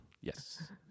Yes